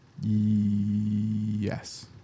yes